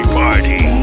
party